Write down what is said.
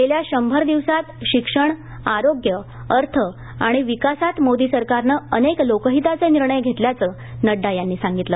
गेल्या शंभर दिवसात शिक्षण आरोग्य अर्थ आणि विकासात मोदी सरकारनं अनेक लोकहिताचे निर्णय घेतल्याचं नड्डा यांनी सांगितलं